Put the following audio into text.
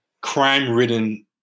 crime-ridden